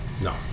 no